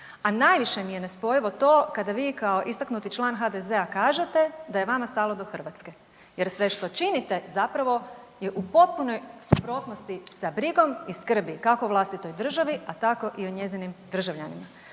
A najviše mi je nespojivo to kada vi kao istaknuti član HDZ-a kažete da je vama stalo do Hrvatske jer sve što činite zapravo je u potpunoj suprotnosti sa brigom i skrbi kako vlastitoj državi, a tako i o njezinim državljanima.